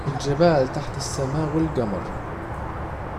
الجبال تحت السما والجمر